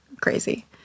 crazy